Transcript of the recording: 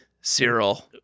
Cyril